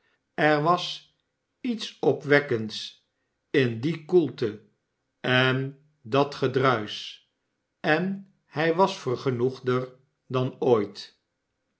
er was iets opwekkends in die koelte en dat geruisch en hij was vergenoegder dan ooit